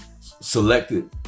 selected